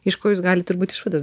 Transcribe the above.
iš ko jūs galit turbūt išvadas